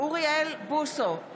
אוריאל בוסו,